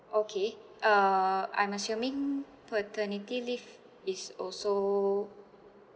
okay uh I'm assuming paternity leave is also